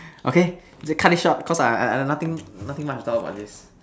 okay cut this short because I I got nothing nothing much to talk about this